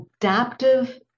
adaptive